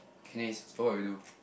Kennis so what will you do